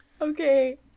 okay